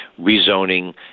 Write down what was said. rezoning